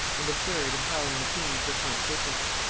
and a third empowering the queen to appoint bishops.